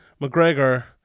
McGregor